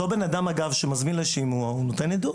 אותו אדם שמזמין לשימוע נותן עדות.